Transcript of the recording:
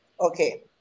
Okay